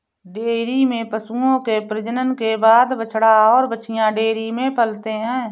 dairy में पशुओं के प्रजनन के बाद बछड़ा और बाछियाँ डेयरी में पलते हैं